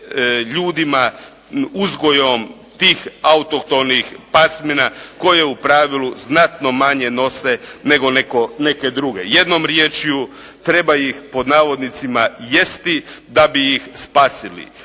ljudima, uzgojom tih autohtonih pasmina koje u pravilu znatno manje nose nego neke druge. Jednom riječju treba ih "jesti" da bi ih spasili.